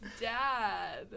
dad